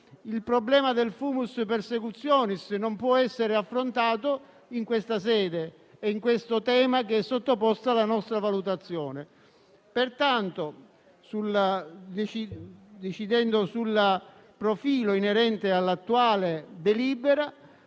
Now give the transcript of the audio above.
il problema del *fumus persecutionis* non può essere affrontato in questa sede e rispetto al tema sottoposto alla nostra valutazione. Pertanto, decidendo sul profilo inerente all'attuale delibera